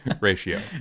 ratio